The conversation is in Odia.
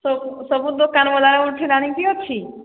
ସବୁ ଦୋକାନ ବଜାର ଉଠିଲାଣି କି ଅଛି